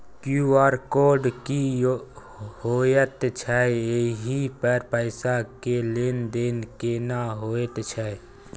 QR code की होयत छै एहि पर पैसा के लेन देन केना होयत छै?